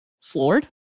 floored